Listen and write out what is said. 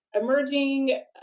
emerging